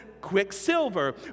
quicksilver